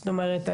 זאת אומרת,